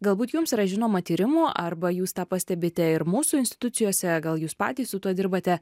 galbūt jums yra žinoma tyrimų arba jūs tą pastebite ir mūsų institucijose gal jūs patys su tuo dirbate